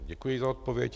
Děkuji za odpověď.